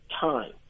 time